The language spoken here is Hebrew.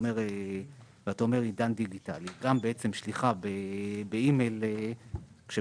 מדבר על עידן דיגיטלי גם שליחה באי-מייל לגבי